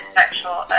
sexual